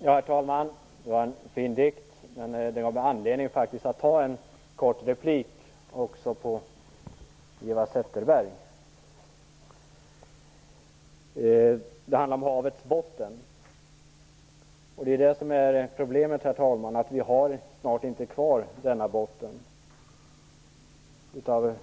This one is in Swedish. Herr talman! Det var en fin dikt, men den gav mig anledning att begära replik. Dikten handlade om havets botten. Problemet är att vi snart inte har kvar denna botten. Det finns